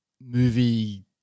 movie